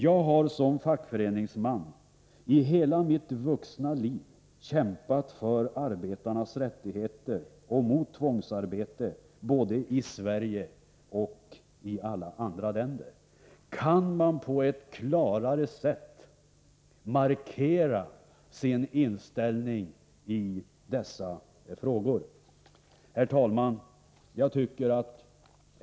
Jag har som fackföreningsman i hela mitt vuxna liv kämpat för arbetarnas rättigheter och mot tvångsarbete både i Sverige och i alla andra länder.” Kan man på ett klarare sätt markera sin inställning i dessa frågor? Herr talman!